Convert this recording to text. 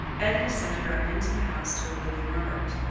edna sent her up into the house to awaken robert.